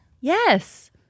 Yes